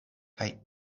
kaj